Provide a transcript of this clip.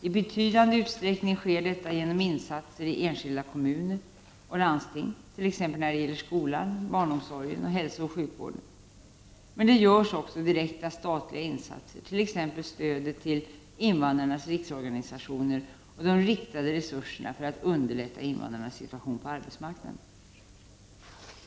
I betydande utsträckning sker detta genom insatser i enskilda kommuner och landsting, t.ex. när det gäller skolan, barnomsorgen samt hälsooch sjukvården. Men det görs också direkta statliga insatser, t.ex. stödet till invandrarnas riksorganisationer och de riktade resurserna för att underlätta invandrares situation på arbetsmarknaden.